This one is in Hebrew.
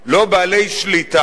לא בעלי שליטה,